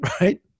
right